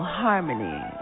Harmony